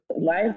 Life